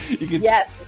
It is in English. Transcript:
Yes